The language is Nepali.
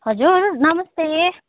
हजुर नमस्ते